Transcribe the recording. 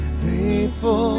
faithful